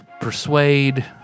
Persuade